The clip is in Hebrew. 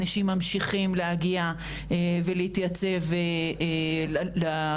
אנשים ממשיכים להגיע ולהתייצב לחקירות.